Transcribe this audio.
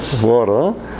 Water